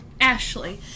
Ashley